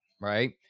right